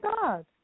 God